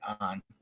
on